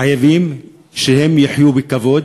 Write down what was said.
חייבים שהם יחיו בכבוד,